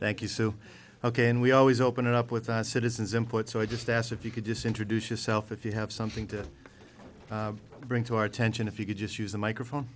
thank you so ok and we always open it up with a citizens input so i just asked if you could just introduce yourself if you have something to bring to our attention if you could just use a microphone